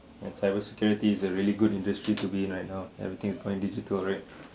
ya cyber security is a really good industry to be in right now everything is going digital right